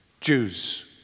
Jews